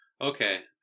Okay